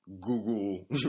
google